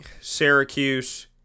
Syracuse